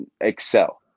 excel